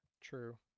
True